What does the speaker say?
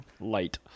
Light